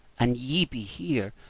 an ye be here,